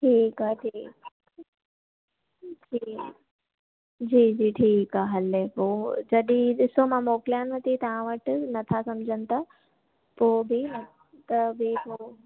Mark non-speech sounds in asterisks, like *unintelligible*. ठीकु आहे ठीकु आहे *unintelligible* जी जी ठीकु आहे हले पोइ जॾहिं ॾिसो मां मोकिलियांव थी तव्हां वटि नथा सम्झनि त पोइ बि *unintelligible*